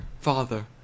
father